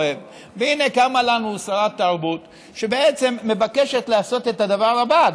קמה לנו שרת תרבות שמבקשת לעשות את הדבר הבא,